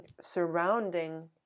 surrounding